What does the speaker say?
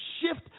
shift